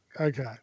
Okay